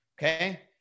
Okay